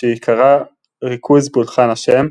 שעיקרה ריכוז פולחן ה'